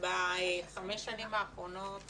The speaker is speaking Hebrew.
בחמש שנים האחרונות